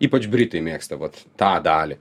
ypač britai mėgsta vat tą dalį